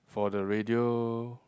for the radio